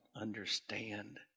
understand